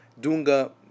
Dunga